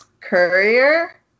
Courier